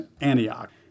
Antioch